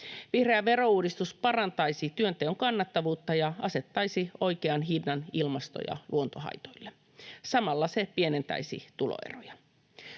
Vihreä verouudistus parantaisi työnteon kannattavuutta ja asettaisi oikean hinnan ilmasto- ja luontohaitoille. Samalla se pienentäisi tuloeroja.